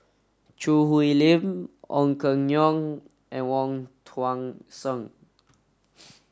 Choo Hwee Lim Ong Keng Yong and Wong Tuang Seng